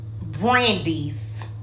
Brandy's